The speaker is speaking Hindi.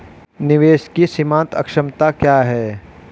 निवेश की सीमांत क्षमता क्या है?